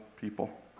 people